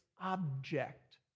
object